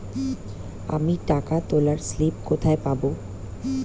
আমি টাকা তোলার স্লিপ কোথায় পাবো?